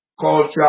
culture